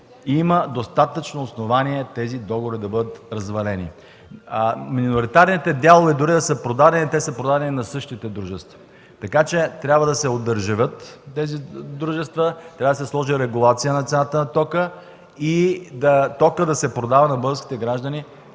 има достатъчно основания тези договори да бъдат развалени. Дори миноритарните дялове да са продадени, са продадени на същите дружества. Тези дружества трябва да се одържавят, да се сложи регулация на цената на тока и той да се продава на българските граждани